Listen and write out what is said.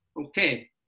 Okay